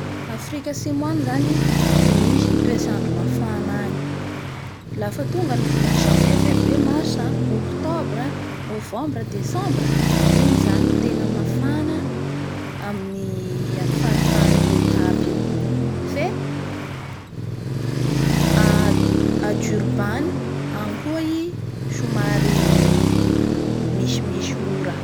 Afrika Atsimo agny zany misy ny toetrandro mafana agny lafa tonga ny volana Janvier, fervrie, mars, octobre Novembra, Desambra. Igny zany no tena mafana amin'ny faritanin'ny Le Cap io fe a Durbane any koa i somary misimisy ora;